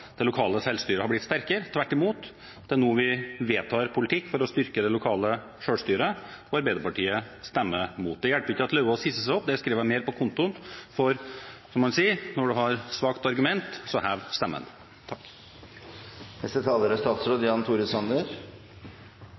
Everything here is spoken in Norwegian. sterkere. Tvert imot, det er nå vi vedtar politikk for å styrke det lokale selvstyret, og Arbeiderpartiet stemmer mot. Det hjelper ikke at Løvaas hisser seg opp, det skriver jeg mer på kontoen for, som man sier, at når man har svake argumenter, heves stemmen. Representanten Karin Andersen er